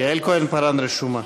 יעל כהן-פארן רשומה.